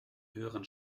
höheren